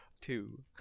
Two